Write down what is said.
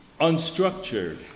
unstructured